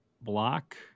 block